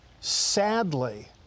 Sadly